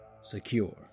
secure